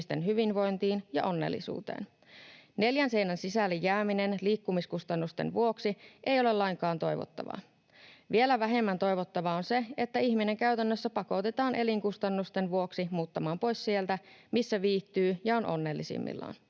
hyvinvointiin ja onnellisuuteen. Neljän seinän sisälle jääminen liikkumiskustannusten vuoksi ei ole lainkaan toivottavaa. Vielä vähemmän toivottavaa on se, että ihminen käytännössä pakotetaan elinkustannusten vuoksi muuttamaan pois sieltä, missä viihtyy ja on onnellisimmillaan,